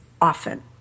often